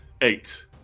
Eight